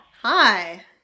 Hi